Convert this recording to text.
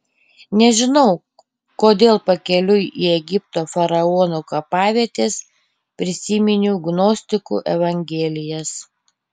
nežinau kodėl pakeliui į egipto faraonų kapavietes prisiminiau gnostikų evangelijas